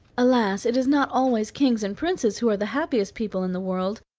alas! it is not always kings and princes who are the happiest people in the world.